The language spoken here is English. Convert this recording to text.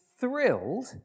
thrilled